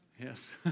Yes